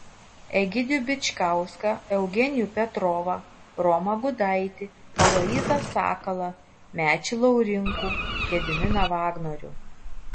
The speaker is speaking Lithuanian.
egidijų bičkauską eugenijų petrovą romą gudaitį aloyzą sakalą mečį laurinkų gediminą vagnorių